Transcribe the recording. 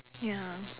ya